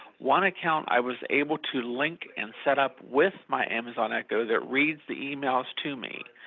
one account i was able to link and set up with my amazon echo that reads the emails to me.